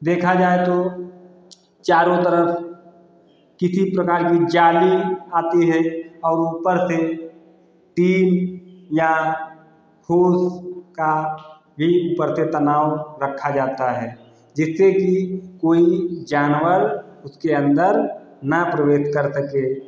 देखा जाए तो चारों तरफ़ किसी प्रकार की जाली आती है और ऊपर से टीन या फूस का भी ऊपर से तनाव रखा जाता है जिससे कि कोई जानवर उसके अंदर ना प्रवेश कर सके